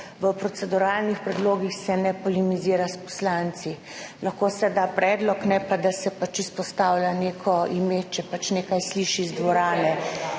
v proceduralnih predlogih se ne polemizira s poslanci. Lahko se da predlog, ne pa da se izpostavlja neko ime, če se pač nekaj sliši iz dvorane.